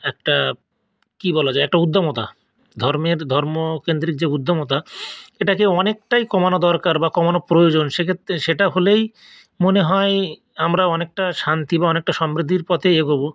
একটা কি বলা যায় একটা উদ্দামতা ধর্মের ধর্মকেন্দ্রিক যে উদ্দামতা এটাকে অনেকটাই কমানো দরকার বা কমানো প্রয়োজন সেক্ষেত্রে সেটা হলেই মনে হয় আমরাও অনেকটা শান্তি বা অনেকটা সমৃদ্ধির পথে এগোবো